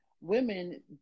women